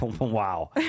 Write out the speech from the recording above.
wow